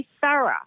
thorough